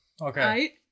Okay